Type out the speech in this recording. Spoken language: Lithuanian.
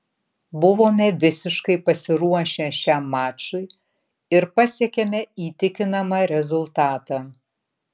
buvome visiškai pasiruošę šiam mačui ir pasiekėme įtikinamą rezultatą